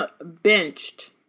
benched